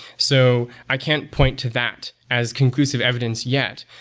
so i can't point to that as conclusive evidence yet,